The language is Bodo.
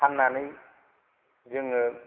फाननानै जोङो